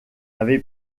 avait